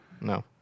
No